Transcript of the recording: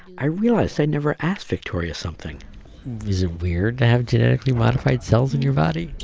i realized i never asked victoria something is it weird to have genetically modified cells in your body?